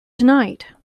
tonight